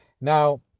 Now